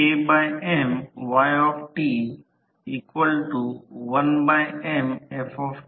हे सहसा मागे पडते परंतु येथे नमूद केलेले नाही तर 5 तास 10 किलोवॅट पॉवर फॅक्टर 0